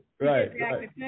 right